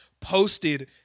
posted